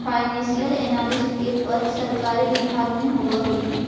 financial analyst के पद सरकारी विभाग में होवऽ हइ